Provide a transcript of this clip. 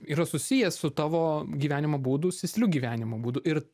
yra susijęs su tavo gyvenimo būdu sėsliu gyvenimo būdu ir